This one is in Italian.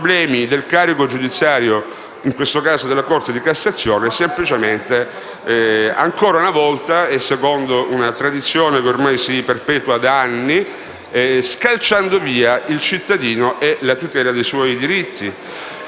i problemi del carico giudiziario, in questo caso della Corte di cassazione, ancora una volta - e secondo una tradizione che ormai si perpetua da anni - scalciando via il cittadino e la tutela dei suoi diritti.